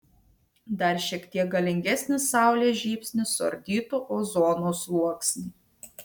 dar šiek tiek galingesnis saulės žybsnis suardytų ozono sluoksnį